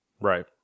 Right